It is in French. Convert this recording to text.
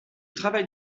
travail